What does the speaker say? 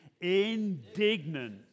Indignant